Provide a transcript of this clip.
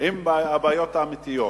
עם הבעיות האמיתיות.